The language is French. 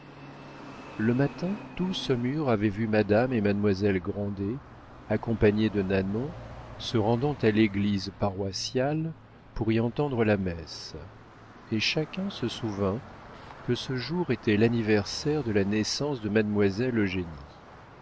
le matin tout saumur avait vu madame et mademoiselle grandet accompagnées de nanon se rendant à l'église paroissiale pour y entendre la messe et chacun se souvint que ce jour était l'anniversaire de la naissance de mademoiselle